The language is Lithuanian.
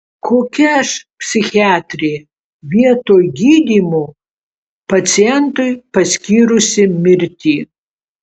kokia aš psichiatrė vietoj gydymo pacientui paskyrusi mirtį